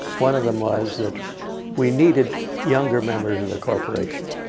one of them was that we needed younger members of the corporation.